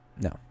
No